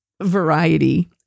variety